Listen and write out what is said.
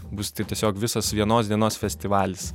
bus taip tiesiog visas vienos dienos festivalis